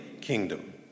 Kingdom